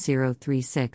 0.036